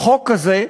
חוק כזה,